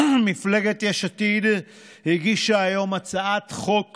מפלגת יש עתיד הגישה היום הצעת חוק